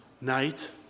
night